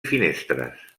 finestres